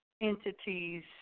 entities